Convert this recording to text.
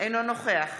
אינו נוכח